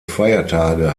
feiertage